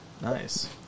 Nice